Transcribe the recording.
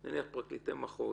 נניח פרקליטי מחוז